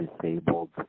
disabled